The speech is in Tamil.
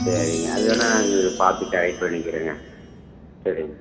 சரிங்க அதுவேணா அங்கே பார்த்து கரெக்ட் பண்ணிக்கிறேங்க சரிங்க